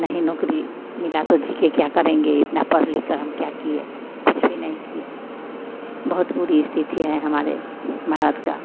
नहीं नौकरी मिला तो जीकर क्या करेंगे इतना पढ़ लिखकर हम क्या किए कुछ भी नहीं किए बहुत बुरी स्थिति है हमारे भारत की